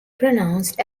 pronounced